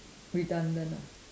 redundant ah